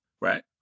right